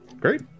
Great